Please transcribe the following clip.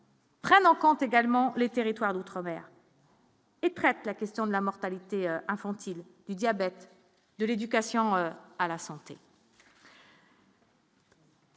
Prennent en compte également les territoires d'outre-mer. Est prête, la question de la mortalité infantile du diabète, de l'éducation à la santé.